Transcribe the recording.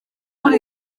muri